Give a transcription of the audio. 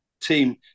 team